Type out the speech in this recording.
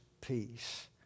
peace